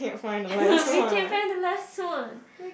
we can't find the last one